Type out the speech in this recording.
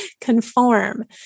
conform